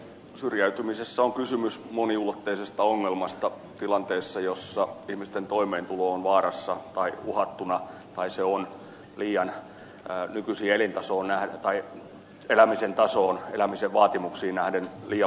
syrjäytymisessä on kysymys moniulotteisesta ongelmasta tilanteessa jossa ihmisten toimeentulo on vaarassa tai uhattuna tai se on liian alaa nykyisin elintasoon nähden nykyiseen elämisen tasoon elämisen vaatimuksiin nähden liian vaatimatonta